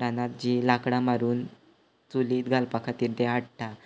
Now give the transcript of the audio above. रानांत जीं लाकडां मारून चुलीर घालपा खातीर तें हाडटा